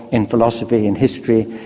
in philosophy, in history,